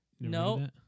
No